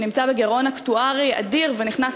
נמצא בגירעון אקטוארי אדיר ונכנס